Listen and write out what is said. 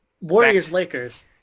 Warriors-Lakers